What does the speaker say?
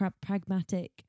pragmatic